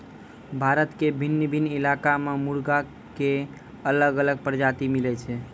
भारत के भिन्न भिन्न इलाका मॅ मुर्गा के अलग अलग प्रजाति मिलै छै